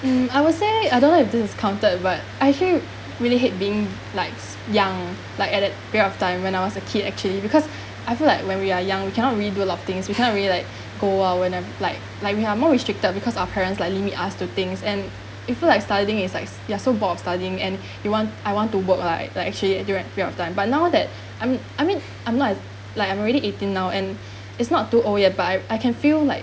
mm I would say I don't know if this is counted but I actually really hate being likes young like at that period of time when I was a kid actually because I feel like when we are young we cannot really do a lot of things we can't really like go out whene~ like like are more more restricted because our parents like limit us to things and you feel like studying is like ya so bored of studying and you want I want to work like like actually during that period of time but now that I'm I mean I'm not like like I'm already eighteen now and it's not too old yet but I I can feel like